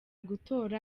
gutora